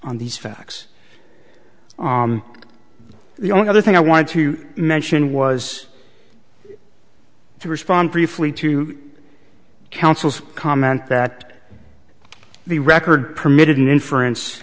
on these facts the only other thing i wanted to mention was to respond briefly to counsel's comment that the record permitted an inference